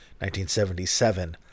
1977